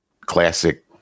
classic